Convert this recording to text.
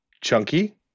chunky